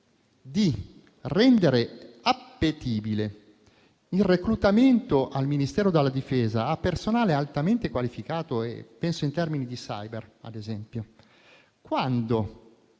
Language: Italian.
di rendere appetibile il reclutamento al Ministero della difesa di personale altamente qualificato in termini *cyber*, ad esempio, quando,